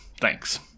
Thanks